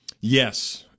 Yes